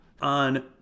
on